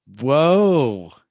Whoa